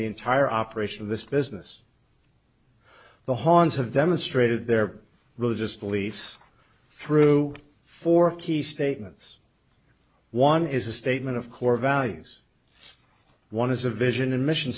the entire operation of this business the han's have demonstrated their religious beliefs through four key statements one is a statement of core values one is a vision and mission